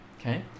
okay